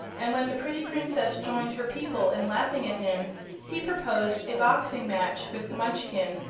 and when the pretty princess joined her people in laughing at him he proposed a boxing-match with the munchkin,